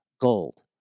Gold